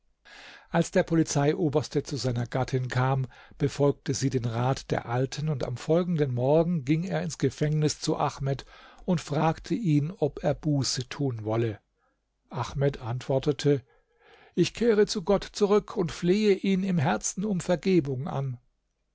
als der polizeioberste zu seiner gattin kam befolgte sie den rat der alten und am folgenden morgen ging er ins gefängnis zu ahmed und fragte ihn ob er buße tun wolle ahmed antwortete ich kehre zu gott zurück und flehe ihn im herzen um vergebung an